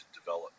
develop